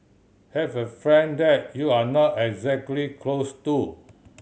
have a friend that you're not exactly close to